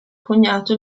cognato